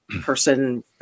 person